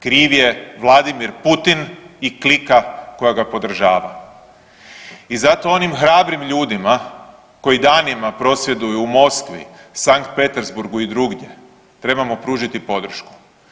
Kriv je Vladimir Putin i klika koja ga podržava i zato onim hrabrim ljudima koji danima prosvjeduju u Moskvi, Sankt Petersburgu i drugdje, trebamo pružiti podršku.